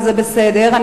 וזה בסדר,